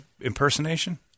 impersonation